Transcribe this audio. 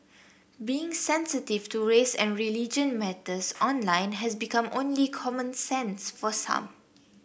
being sensitive to race and religion matters online has become only common sense for some